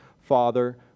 Father